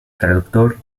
traductor